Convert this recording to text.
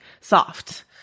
soft